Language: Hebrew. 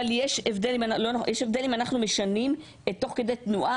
אבל יש הבדל אם אנחנו משנים תוך כדי תנועה